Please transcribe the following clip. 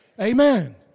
Amen